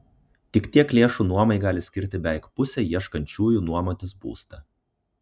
tik tiek lėšų nuomai gali skirti beveik pusė ieškančiųjų nuomotis būstą